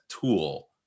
tool